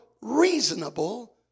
reasonable